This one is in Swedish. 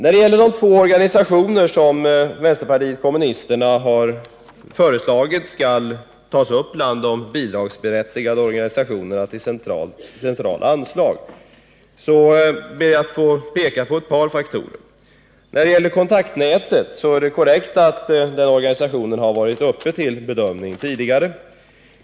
I fråga om de två organisationer som vänsterpartiet kommunisterna har föreslagit skall tas upp bland de bidragsberättigade organisationerna när det gäller centrala anslag ber jag att få peka på ett par faktorer. När det gäller Kontaktnätet är det korrekt att den organisationen har varit uppe till bedömntåg tidigare.